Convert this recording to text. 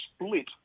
split